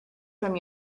from